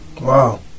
wow